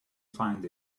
find